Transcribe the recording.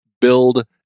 build